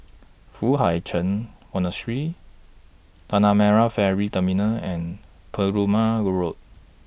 Foo Hai Ch'An Monastery Tanah Merah Ferry Terminal and Perumal Road